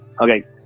Okay